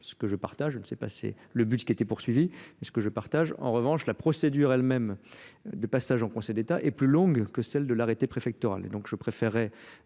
ce que je partage, je ne sais pas, c'est le but qui était poursuivi et ce que je partage en revanche, la procédure elle même de passage en Conseil d'état est plus longue que celle de l'arrêté préfectoral